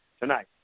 tonight